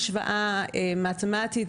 נחשף כאן רק קצה הקרחון,